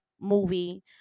movie